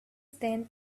then